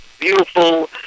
beautiful